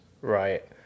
Right